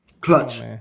clutch